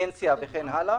פנסיה, וכן הלאה.